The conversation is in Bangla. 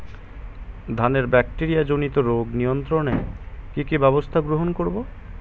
ধানের ব্যাকটেরিয়া জনিত রোগ নিয়ন্ত্রণে কি কি ব্যবস্থা গ্রহণ করব?